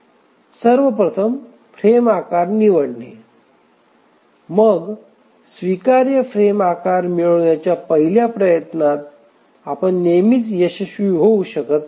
सर्वप्रथम फ्रेम आकार निवडणे मग स्वीकार्य फ्रेम आकार मिळविण्याच्या पहिल्या प्रयत्नात आपण नेहमीच यशस्वी होऊ शकत नाही